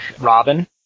Robin